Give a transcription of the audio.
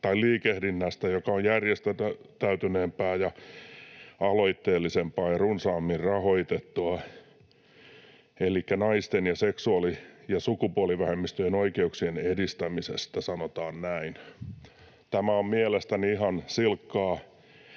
tai -liikehdinnästä, joka on järjestäytyneempää ja aloitteellisempaa ja runsaammin rahoitettua, elikkä naisten ja seksuaali- ja sukupuolivähemmistöjen oikeuksien edistämisestä sanotaan näin. Tämä on mielestäni ihan silkkaa